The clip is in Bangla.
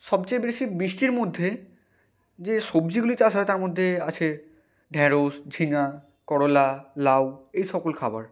সবচেয়ে বেশি বৃষ্টির মধ্যে যে সবজিগুলি চাষ হয় তার মধ্যে আছে ঢ্যাঁড়স ঝিঙা করলা লাউ এই সকল খাবার